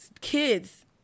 kids